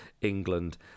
England